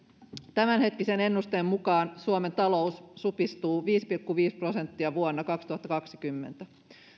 tämänhetkisen ennusteen mukaan suomen talous supistuu viisi pilkku viisi prosenttia vuonna kaksituhattakaksikymmentä